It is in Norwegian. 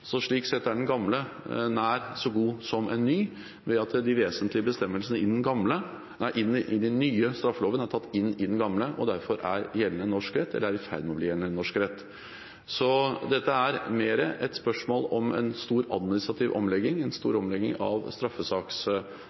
Slik sett er den gamle nær så god som en ny ved at de vesentlige bestemmelsene i den nye straffeloven er tatt inn i den gamle og derfor er gjeldende norsk rett, eller er i ferd med å bli gjeldende norsk rett. Dette er mer et spørsmål om en stor administrativ omlegging av straffesakssystemet, men de vesentlige bestemmelsene er inntatt i den gamle straffeloven av